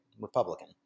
Republican